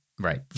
Right